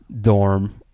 dorm